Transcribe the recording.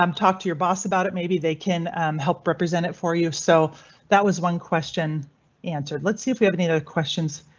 um talk to your boss about it. maybe they can help represent it for you. so that was one question answered. let's see if we have any other questions.